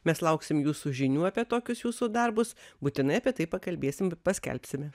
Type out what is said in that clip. mes lauksim jūsų žinių apie tokius jūsų darbus būtinai apie tai pakalbėsim paskelbsime